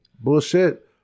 Bullshit